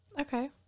Okay